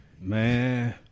man